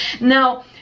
Now